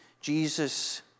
Jesus